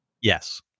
Yes